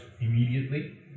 immediately